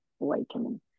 awakening